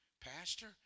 Pastor